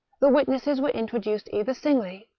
the witnesses were intro duced either singly,